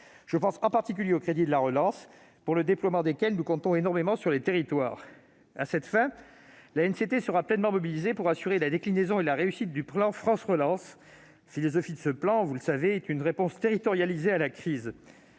Je pense en particulier aux crédits de la relance, pour le déploiement desquels nous comptons énormément sur les territoires. À cette fin, l'ANCT sera pleinement mobilisée pour assurer la déclinaison et la réussite du plan France Relance. La philosophie de ce plan, vous le savez, est une réponse territorialisée à la crise.